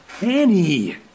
Annie